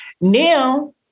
now